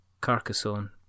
Carcassonne